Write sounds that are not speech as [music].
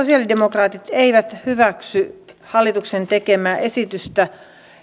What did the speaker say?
[unintelligible] sosialidemokraatit eivät hyväksy hallituksen tekemää esitystä